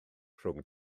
rhwng